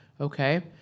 okay